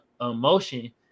emotion